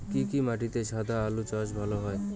কি কি মাটিতে সাদা আলু চাষ ভালো হয়?